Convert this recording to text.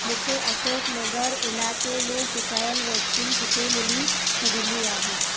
मूंखे अशोक नगर इलाइक़े में चुकायल वैक्सीन किथे मिली सघंदी आहे